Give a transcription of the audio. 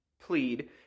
plead